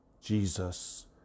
Jesus